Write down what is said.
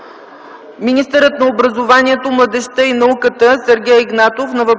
министърът на образованието, младежта и науката Сергей Игнатов